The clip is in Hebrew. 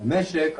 מבחינת המשק,